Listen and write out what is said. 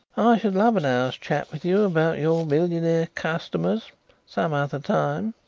i should love an hour's chat with you about your millionaire customers some other time.